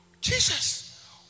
Jesus